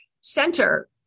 center